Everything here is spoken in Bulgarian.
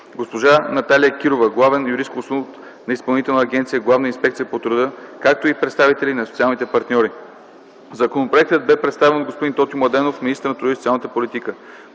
госпожа Наталия Кирова – главен юрисконсулт на Изпълнителна агенция „Главна инспекция по труда”, както и представители на социалните партньори. Законопроектът бе представен от господин Тотю Младенов, министър на труда и социалната политика,